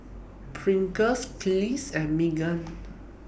Pringles Kiehl's and Megan